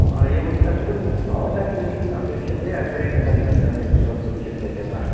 एवं कर्तुं भवतः किं किम् अपेक्षते अग्रे कथं गन्तव्यम् इति वक्तुं शक्यते वा